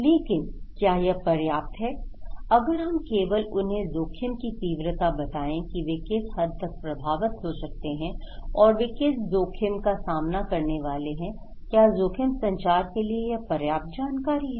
लेकिन क्या यह पर्याप्त है अगर हम केवल उन्हें जोखिम की तीव्रता बताएं कि वे किस हद तक प्रभावित हो सकते हैं और वे किस जोखिम का सामना करने वाले हैं क्या जोखिम संचार के लिए यह पर्याप्त जानकारी है